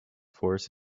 force